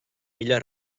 ella